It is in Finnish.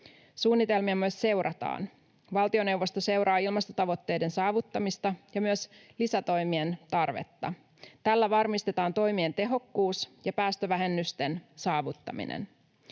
Suunnitelmia myös seurataan. Valtioneuvosto seuraa ilmastotavoitteiden saavuttamista ja myös lisätoimien tarvetta. Tällä varmistetaan toimien tehokkuus ja päästövähennysten saavuttaminen.